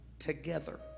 together